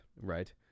right